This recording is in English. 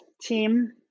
team